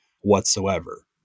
whatsoever